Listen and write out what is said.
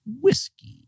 Whiskey